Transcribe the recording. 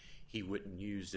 he wouldn't use